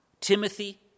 Timothy